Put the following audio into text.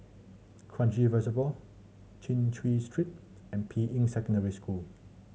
Kranji Reservoir Chin Chew Street and Ping Yi Secondary School